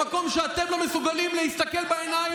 למקום שאתם לא מסוגלים להסתכל בעיניים